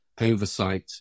oversight